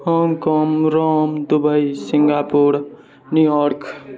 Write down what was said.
Hong Kong Rome Dubai Singapore New York